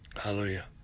Hallelujah